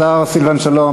השר סילבן שלום,